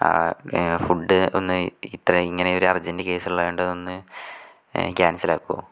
ആ ഫുഡ് ഒന്ന് ഇത്രയും ഇങ്ങനെയൊരു അർജന്റ് കേസ് ഉള്ളത് കൊണ്ട് ഒന്ന് ക്യാൻസൽ ആകുമോ